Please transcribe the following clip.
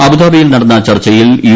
അബുദാബിയിൽ നടന്നിച്ചർച്ചയിൽ യു